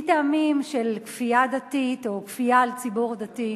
מטעמים של כפייה דתית או כפייה על ציבור דתי.